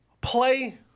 play